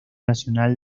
nacional